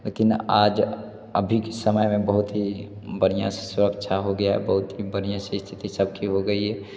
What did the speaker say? लेकिन आज अभी के समय में बहुत ही बढ़िया से सुरक्षा हो गई बहुत ही बढ़िया से स्थिति सब ठीक हो गई है